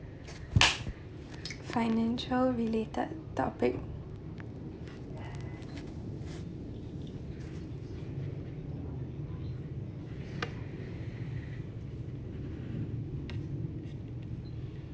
financial related topic